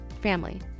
family